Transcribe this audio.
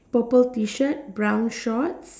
purple T shirt brown shorts